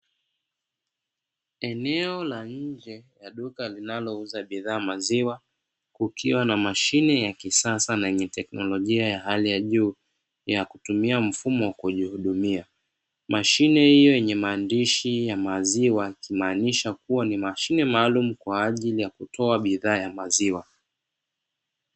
Eneo la nje la duka linalouza bidhaa maziwa, kukiwa na mashine ya kisasa na yenye teknolojia ya hali ya juu ya kutumia mfumo wa kujihudumia. Mashine hiyo yenye maandishi ya maziwa yakimaanisha kuwa ni mashine maalumu kwa ajili ya kutoa bidhaa ya maziwa.